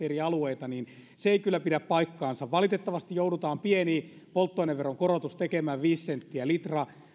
eri alueita jotenkin epätasa arvoisesti eivät kyllä pidä paikkaansa valitettavasti joudutaan pieni polttoaineveron korotus tekemään viisi senttiä litra